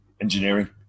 engineering